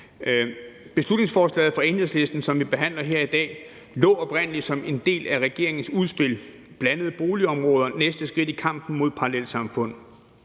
Beslutningsforslaget fra Enhedslisten, som vi behandler her i dag, lå oprindelig som en del af regeringens udspil »Blandede boligområder – næste skridt i kampen mod parallelsamfund«,